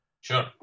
Sure